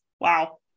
wow